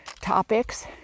topics